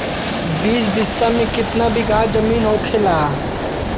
बीस बिस्सा में कितना बिघा जमीन होखेला?